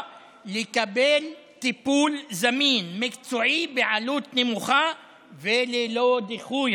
לקבל טיפול זמין מקצועי בעלות נמוכה וללא דיחוי,